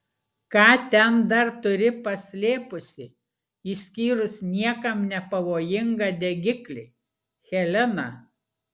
ką ten dar turi paslėpusi išskyrus niekam nepavojingą degiklį helena